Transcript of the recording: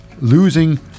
losing